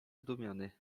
zdumiony